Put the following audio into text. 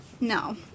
no